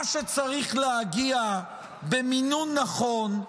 מה שצריך להגיע במינון נכון,